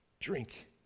drink